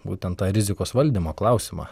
būtent tą rizikos valdymo klausimą